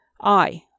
I